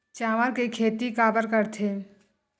चावल के खेती काबर करथे?